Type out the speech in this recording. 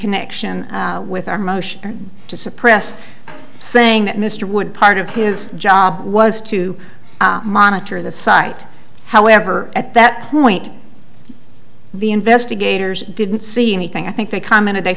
connection with our motion to suppress saying that mr wood part of his job was to monitor the site however at that point the investigators didn't see anything i think they commented